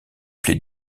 play